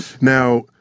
Now